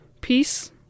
Peace